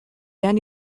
werden